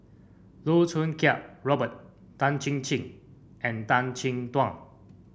Loh Choo Kiat Robert Tan Chin Chin and Tan Chin Tuan